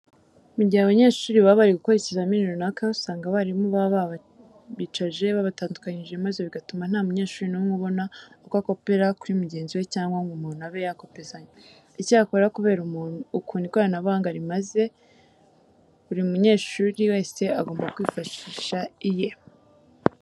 Mu gihe abanyeshuri baba bari gukora ikizamini runaka usanga abarimu baba babicaje babatandukanyije maze bigatuma nta munyeshuri n'umwe ubona uko akopera kuri mugenzi we cyangwa ngo umuntu abe yakopezanya. Icyakora kubera ukuntu ikoranabuhanga rimaze, buri munyeshuri wese agobwa kwifashisha iye.